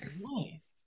Nice